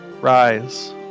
Rise